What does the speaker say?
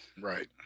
Right